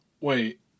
wait